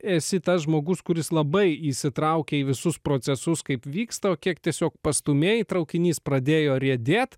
esi tas žmogus kuris labai įsitraukia į visus procesus kaip vyksta o kiek tiesiog pastūmėji traukinys pradėjo riedėt